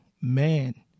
man